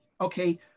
okay